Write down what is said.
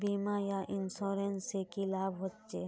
बीमा या इंश्योरेंस से की लाभ होचे?